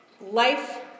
life